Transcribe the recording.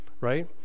right